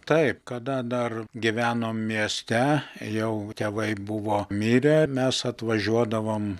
taip kada dar gyvenom mieste jau tėvai buvo mirę mes atvažiuodavom